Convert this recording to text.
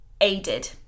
aided